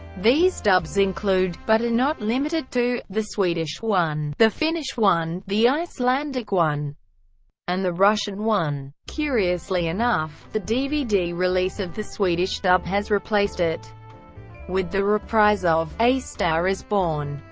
these dubs include, but are ah not limited to, the swedish one, the finnish one, the icelandic one and the russian one. curiously enough, the dvd release of the swedish dub has replaced it with the reprise of a star is born.